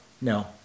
no